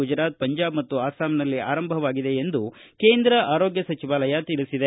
ಗುಜರಾತ್ ಪಂಜಾಬ್ ಮತ್ತು ಅಸ್ಲಾಂನಲ್ಲಿ ಆರಂಭವಾಗಿದೆ ಎಂದು ಕೇಂದ್ರ ಆರೋಗ್ಯ ಸಚಿವಾಲಯ ತಿಳಿಸಿದೆ